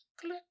Click